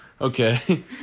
Okay